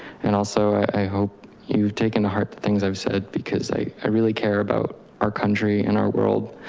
and also, i hope you've taken to heart. the things i've said because i i really care about our country and our world.